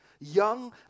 young